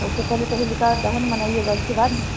सबसे पहले तो होलिका दहन मनाइएगा उसके बाद न